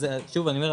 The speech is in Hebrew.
שוב אני אומר,